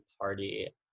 party